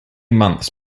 months